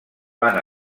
van